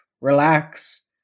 relax